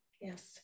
Yes